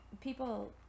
people